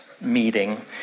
meeting